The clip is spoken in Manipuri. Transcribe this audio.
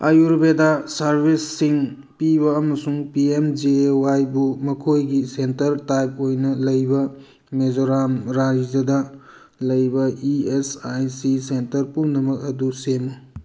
ꯑꯌꯨꯔꯕꯦꯗ ꯁꯔꯕꯤꯁꯁꯤꯡ ꯄꯤꯕ ꯑꯃꯁꯨꯡ ꯄꯤ ꯑꯦꯝ ꯖꯦ ꯑꯦ ꯌꯥꯏꯕꯨ ꯃꯈꯣꯏꯒꯤ ꯁꯦꯟꯇꯔ ꯇꯥꯏꯞ ꯑꯣꯏꯅ ꯂꯩꯕ ꯃꯦꯖꯣꯔꯥꯝ ꯔꯥꯖ꯭ꯌꯗ ꯂꯩꯕ E S I C centre ꯄꯨꯝꯅꯃꯛ ꯑꯗꯨ ꯁꯦꯝꯃꯨ